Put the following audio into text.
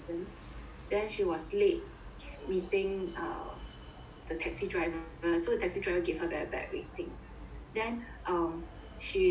then she was late meeting err the taxi driver so the taxi driver gave her very bad rating then um she